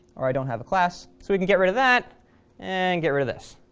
or i don't have a class, so we can get rid of that and get rid of this.